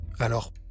Alors